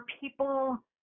people